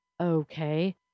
Okay